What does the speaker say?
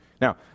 Now